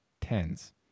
tens